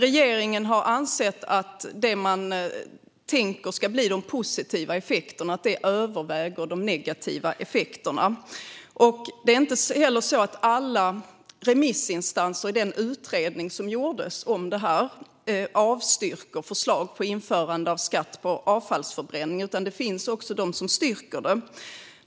Regeringen anser att det som man tänker ska bli de positiva effekterna kommer att överväga de negativa. Det är inte på det sättet att utredningens alla remissinstanser avstyrker förslag på införande av skatt på avfallsförbränning. Det finns också de som styrker det.